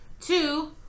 Two